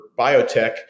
biotech